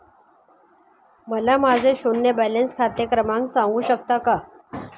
मला माझे शून्य बॅलन्स खाते क्रमांक सांगू शकता का?